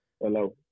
Hello